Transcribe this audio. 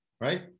right